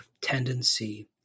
tendency